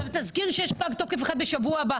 תזכיר גם שיש פג תוקף אחד בשבוע הבא.